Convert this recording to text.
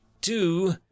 Two